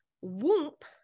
whoop